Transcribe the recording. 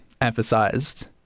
emphasized